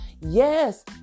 Yes